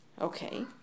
Okay